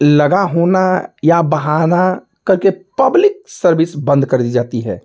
लगा होना या बहाना करके पब्लिक सर्विस बंद कर दी जाती है